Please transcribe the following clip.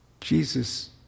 Jesus